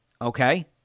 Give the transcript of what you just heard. Okay